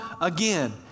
again